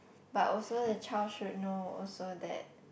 but also the child should know also that